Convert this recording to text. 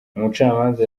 umucamanza